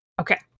Okay